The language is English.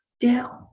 down